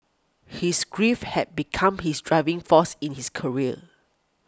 his grief had become his driving force in his career